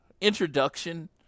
introduction